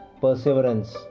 perseverance